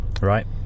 right